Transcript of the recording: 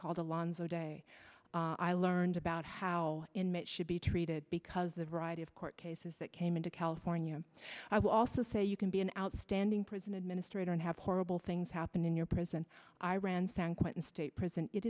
called alonzo day i learned about how inmate should be treated because the variety of court cases that came in to california i will also say you can be an outstanding prison administrator and have horrible things happen in your prison i ran standpoint in state prison it